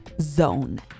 .zone